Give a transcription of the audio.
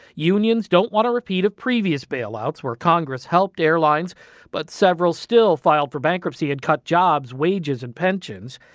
unions don't want a repeat of previous bailouts where congress helped airlines but several still filed for bankruptcy and cut jobs, wages and pensions.